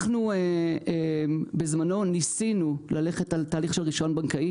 אנחנו בזמנו ניסינו ללכת על תהליך של רישיון בנקאי